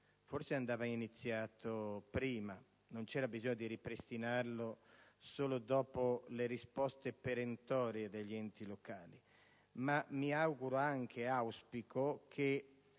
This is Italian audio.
Forse andava iniziato prima, non c'era bisogno di ripristinarlo solo dopo le risposte perentorie degli enti locali. Mi auguro anche che